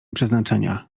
przeznaczenia